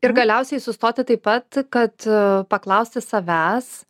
ir galiausiai sustoti taip pat kad paklausti savęs